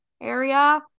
area